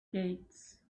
gates